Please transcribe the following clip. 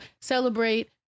celebrate